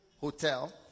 hotel